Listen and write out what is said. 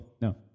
No